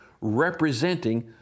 representing